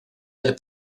del